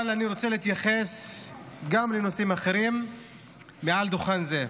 אבל אני רוצה להתייחס גם לנושאים אחרים מעל דוכן זה.